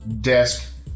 desk